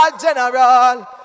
general